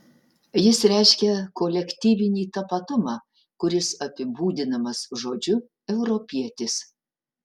jis reiškia kolektyvinį tapatumą kuris apibūdinamas žodžiu europietis